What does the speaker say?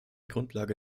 grundlage